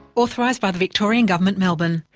authorised by the victorian government, melbourne.